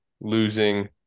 losing